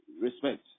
respect